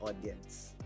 audience